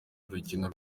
urukino